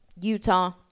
Utah